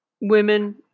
women